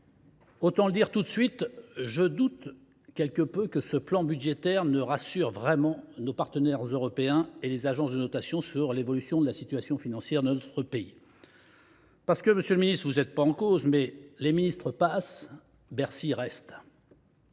autant le dire tout de suite, je doute quelque peu que ce plan budgétaire rassure vraiment nos partenaires européens et les agences de notation sur l’évolution de la situation financière de notre pays. Monsieur le ministre, vous n’êtes pas en cause, mais les ministres passent, Bercy reste.